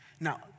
Now